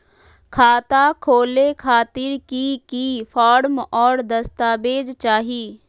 खाता खोले खातिर की की फॉर्म और दस्तावेज चाही?